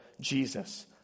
Jesus